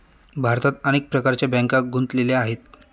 भारतात अनेक प्रकारच्या बँका गुंतलेल्या आहेत